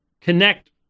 connect